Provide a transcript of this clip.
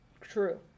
True